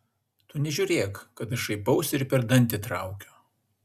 tu nežiūrėk kad aš šaipausi ir per dantį traukiu